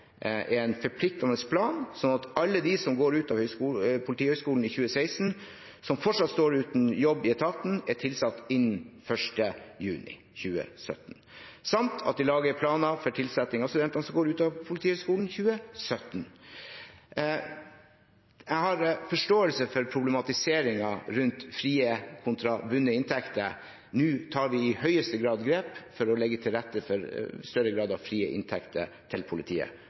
en forpliktende plan, slik at alle de som gikk ut av Politihøgskolen i 2016 som fortsatt står uten jobb i etaten, er tilsatt innen 1. juni 2017, samt at vi lager planer for tilsetting av studentene som går ut av Politihøgskolen i 2017. Jeg har forståelse for problematiseringen rundt frie kontra bundne inntekter. Nå tar vi i høyeste grad grep for å legge til rette for større grad av frie inntekter til politiet.